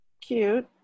cute